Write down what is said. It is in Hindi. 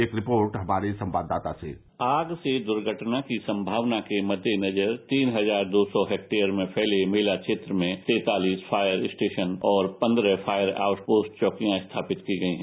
एक रिपोर्ट हमारे संवाददाता से आग से दुर्घटना की सम्भावना के मद्देनजर तीन हजार दो सौ हेक्टेयर में फैले मेला क्षेत्र में तैतालिस फायर स्टेशन और पन्द्रह फायर आउट पोस्ट चौकियां स्थापित की गयी हैं